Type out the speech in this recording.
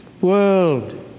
world